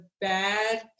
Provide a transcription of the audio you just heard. bad